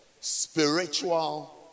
spiritual